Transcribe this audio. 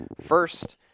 First